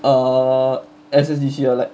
err S_S_D_C or like